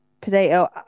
potato